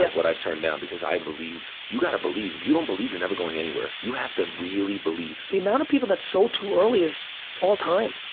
yeah what i've turned down, because i believe, you gotta believe. if you don't believe you're never going anywhere you have to really believe. the amount of people that sold too early is all time.